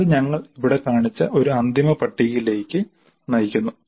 അത് ഞങ്ങൾ ഇവിടെ കാണിച്ച ഒരു അന്തിമ പട്ടികയിലേക്ക് നയിക്കുന്നു